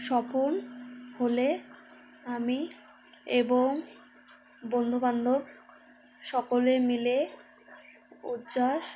সফল হলে আমি এবং বন্ধুবান্ধব সকলে মিলে উচ্ছ্বাস